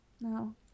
No